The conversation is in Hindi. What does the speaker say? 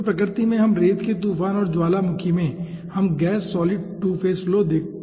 तो प्रकृति में हम रेत के तूफान और ज्वालामुखी में हम गैस सॉलिड 2 फेज फ्लो देख सकते हैं